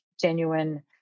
genuine